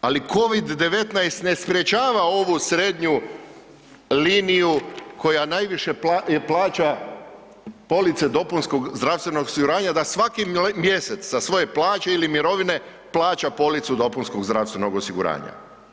ali COVID 19 ne sprječava ovu srednju liniju koja najviše plaća polica dopunskog zdravstvenog osiguranja da svaki mjesec sa svoje plaće ili mirovine, plaća policu dopunskog zdravstvenog osiguranja.